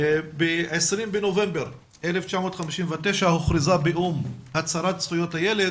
ב-20 בנובמבר 1959 הוכרזה באו"ם הצהרת זכויות הילד